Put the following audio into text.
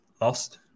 lost